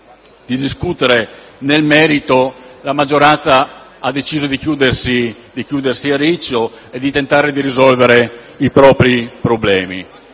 di discutere nel merito, la maggioranza ha deciso di chiudersi a riccio e di tentare di risolvere i propri problemi.